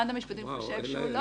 משרד המשפטים חושב שהוא לא אשם.